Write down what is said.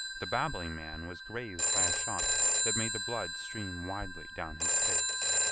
the babbling man was grazed by a shot that made the blood stream widely down his face.